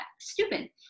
stupid